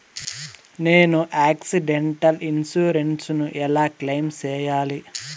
నేను accidental insurance ను ఎలా క్లెయిమ్ సేయాలి?